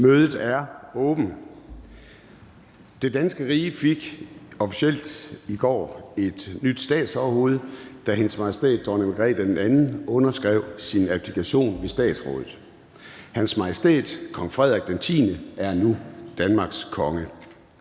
(Søren Gade): Det danske rige fik i går officielt et nyt statsoverhoved, da Hendes Majestæt Dronning Margrethe II underskrev sin abdikation ved Statsrådet. Hans Majestæt Kong Frederik X er nu Danmarks konge.